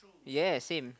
yes same